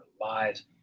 lives